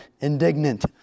indignant